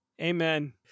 amen